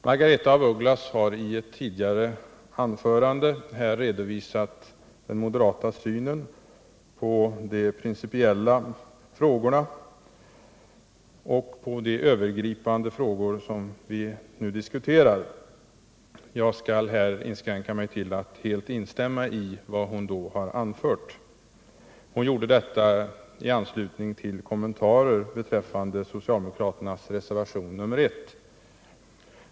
Margaretha af Ugglas har i ett tidigare anförande redovisat den moderata synen på de principiella frågorna och på de övergripande frågor som vi nu diskuterar. Jag kan i det avseendet här inskränka mig till att helt instämma i vad hon har anfört. Hon gjorde denna redovisning i anslutning till kommentarer beträffande socialdemokraternas reservation nr 1.